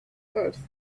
earth